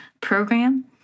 program